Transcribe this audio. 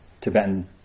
Tibetan